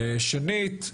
שנית,